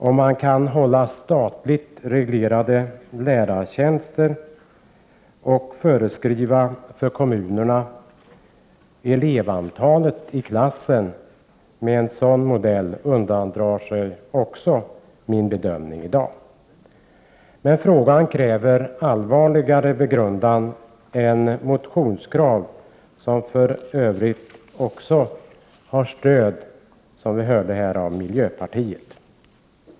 Om man kan behålla statligt reglerade lärartjänster och 63 föreskriva för kommunerna elevantalet i klassen med en sådan modell undandrar sig också min bedömning i dag. Men frågan kräver allvarligare begrundan än vad som framgår av motionskraven, vilka för övrigt, som vi hörde, också stöds av miljöpartiet.